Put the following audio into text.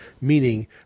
meaning